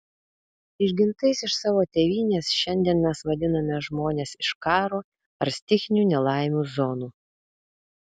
išgintais iš savo tėvynės šiandien mes vadiname žmones iš karo ar stichinių nelaimių zonų